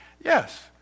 Yes